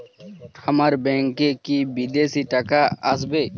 আমার ব্যংকে কি বিদেশি টাকা আসবে?